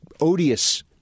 odious